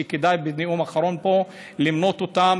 שכדאי בנאום האחרון פה למנות אותם,